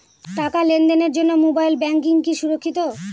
টাকা লেনদেনের জন্য মোবাইল ব্যাঙ্কিং কি সুরক্ষিত?